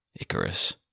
Icarus